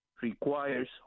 requires